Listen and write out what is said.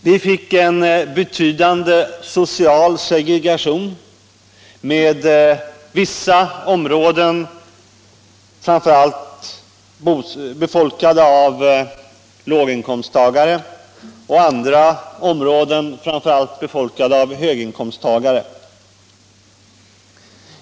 Vi fick en betydande social segregation med vissa områden framför allt befolkade av låginkomsttagare och andra områden framför allt befolkade av höginkomsttagare.